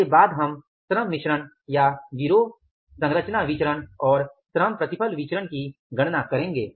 इसके बाद हम श्रम मिश्रण या गिरोह संरचना विचरण और श्रम प्रतिफल विचरण की गणना करेंगे